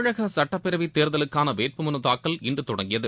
தமிழக சட்டப்பேரவைத் தேர்தலுக்காள வேட்புமனு தாக்கல் இன்று தொடங்கியது